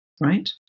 Right